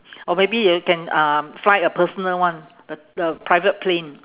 or maybe you can um fly a personal one the the private plane